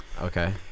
Okay